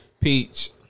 Peach